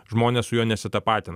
žmonės su juo nesitapatina